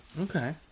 Okay